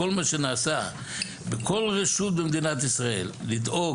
כל מה שנעשה בכל רשות במדינת ישראל לדאוג